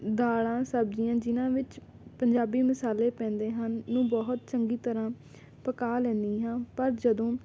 ਦਾਲਾਂ ਸਬਜ਼ੀਆਂ ਜਿਨ੍ਹਾਂ ਵਿੱਚ ਪੰਜਾਬੀ ਮਸਾਲੇ ਪੈਂਦੇ ਹਨ ਨੂੰ ਬਹੁਤ ਚੰਗੀ ਤਰ੍ਹਾਂ ਪਕਾ ਲੈਂਦੀ ਹਾਂ ਪਰ ਜਦੋਂ